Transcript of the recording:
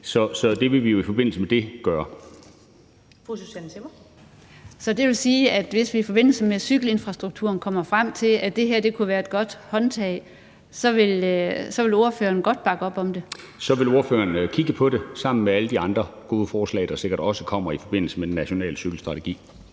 Zimmer. Kl. 21:10 Susanne Zimmer (UFG): Så det vil sige, at hvis vi i forbindelse med cykelinfrastrukturen kommer frem til, at det her kunne være et godt håndtag, så vil ordføreren godt bakke op om det? Kl. 21:10 Niels Flemming Hansen (KF): Så vil ordføreren kigge på det sammen med alle de andre gode forslag, der sikkert også kommer i forbindelse med den nationale cykelstrategi.